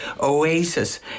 Oasis